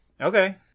Okay